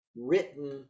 written